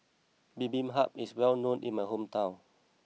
Bibimbap is well known in my hometown